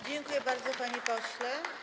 Dziękuję bardzo, panie pośle.